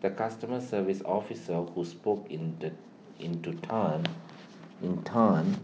their customer service officer who spoke in the into Tan in Tan